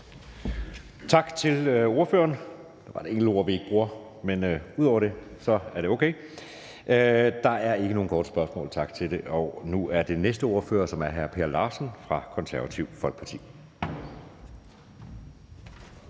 Tak til ordføreren. Der blev sagt et enkelt ord, vi ikke bruger, men ud over det var det okay. Der er ikke nogen korte bemærkninger, og nu er det næste ordfører, som er hr. Per Larsen fra Det Konservative Folkeparti.